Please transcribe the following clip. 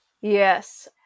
Yes